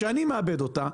שאני מעבד אותה,